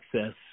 access